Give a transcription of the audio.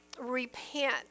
repent